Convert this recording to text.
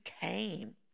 came